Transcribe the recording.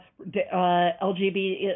LGBT